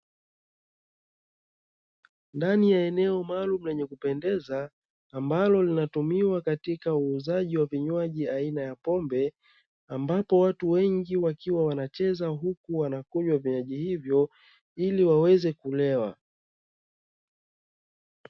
Ndani ya eneo maalumu lenye kupendeza, ambalo linatumika kwa ajili ya uuzaji vinywaji aina ya pombe, wapo watu wengi wakiwa wanacheza huku wanakunywa vinywaji hivyo ili waweze kulewa.